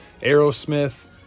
Aerosmith